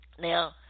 Now